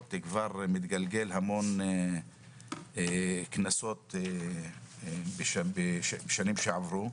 מתגלגל כבר הרבה כנסות בשנים הקודמות.